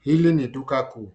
Hili ni duka kuu.